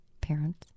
parents